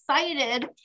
excited